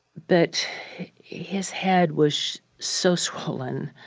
but his head was so swollen.